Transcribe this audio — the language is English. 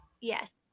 yes